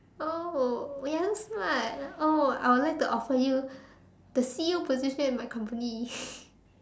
oh we are smart oh I will like to offer you the C_E_O position in my company